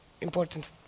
important